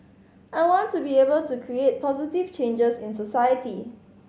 I want to be able to create positive changes in society